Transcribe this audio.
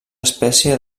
espècie